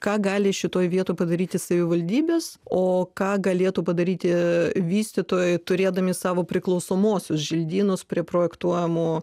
ką gali šitoj vietoj padaryti savivaldybės o ką galėtų padaryti vystytojai turėdami savo priklausomuosius želdynus prie projektuojamų